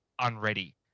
unready